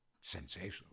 sensational